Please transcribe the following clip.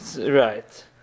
Right